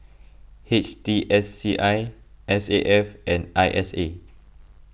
H T S C I S A F and I S A